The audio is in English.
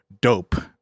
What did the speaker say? dope